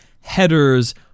headers